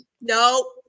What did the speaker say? No